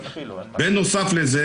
בנוסף לזה,